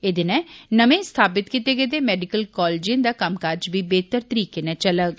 एह्दे नै नमें स्थापित कीते गेदे मैडिकल कॉलजें दा कम्म काज बी बेह्तर तरीके नै चलग